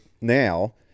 now